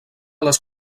les